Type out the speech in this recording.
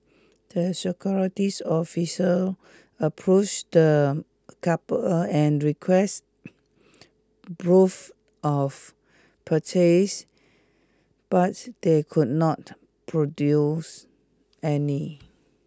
the securities officer approached the couple and request proof of purchase but they could not produce any